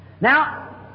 Now